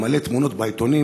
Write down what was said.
מלא תמונות בעיתונים,